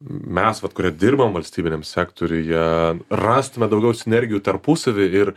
mes vat kurie dirbam valstybiniam sektoriuje rastume daugiau sinergijų tarpusavyje ir